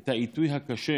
את העיתוי הקשה